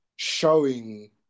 Showing